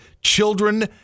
children